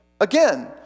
again